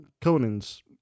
Conan's